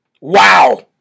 Wow